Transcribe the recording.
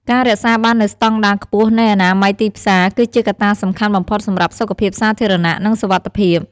ការរក្សាបាននូវស្តង់ដារខ្ពស់នៃអនាម័យទីផ្សារ គឺជាកត្តាសំខាន់បំផុតសម្រាប់សុខភាពសាធារណៈ និងសុវត្ថិភាព។